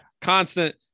constant